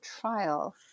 trial